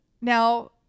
now